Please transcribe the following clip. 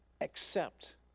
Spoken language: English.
accept